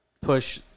push